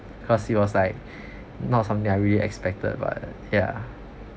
because it was like not something I really expected but ya